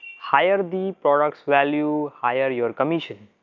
higher the products value higher your commission.